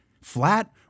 flat